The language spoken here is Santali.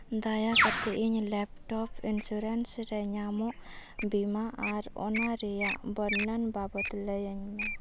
ᱫᱟᱭᱟ ᱠᱟᱛᱮᱫ ᱤᱧ ᱞᱮᱯᱴᱚᱯ ᱤᱱᱥᱩᱨᱮᱱᱥ ᱨᱮ ᱧᱟᱢᱚᱜ ᱵᱤᱢᱟ ᱟᱨ ᱚᱱᱟ ᱨᱮᱭᱟᱜ ᱵᱚᱨᱱᱚᱱ ᱵᱟᱵᱚᱫᱽ ᱞᱟᱹᱭᱟᱹᱧ ᱢᱮ